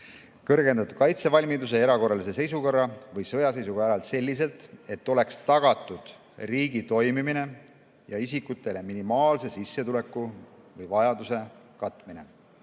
kõrgendatud kaitsevalmiduse ja erakorralise seisukorra või sõjaseisukorra ajal selliselt, et oleks tagatud riigi toimimine ja isikutele minimaalse sissetuleku või vajaduse katmine.